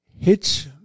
hits